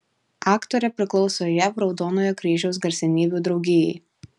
aktorė priklauso jav raudonojo kryžiaus garsenybių draugijai